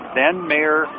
then-Mayor